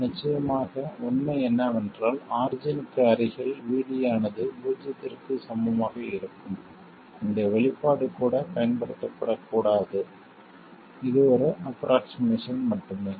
நிச்சயமாக உண்மை என்னவென்றால் ஆர்ஜின்க்கு அருகில் VD ஆனது பூஜ்ஜியத்திற்கு சமமாக இருக்கும் இந்த வெளிப்பாடு கூட பயன்படுத்தப்படக்கூடாது இது ஒரு ஆஃப்ரோக்ஷிமேசன் மட்டுமே